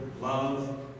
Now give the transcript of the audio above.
love